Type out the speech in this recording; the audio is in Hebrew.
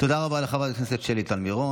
תודה רבה לחברת הכנסת שלי טל מירון.